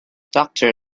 doctor